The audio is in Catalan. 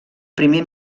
primer